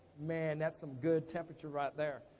man that's some good temperature right there.